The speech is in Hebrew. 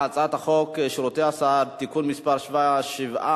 הצעת חוק שירותי הסעד (תיקון מס' 7),